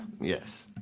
Yes